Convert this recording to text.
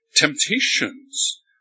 temptations